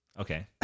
Okay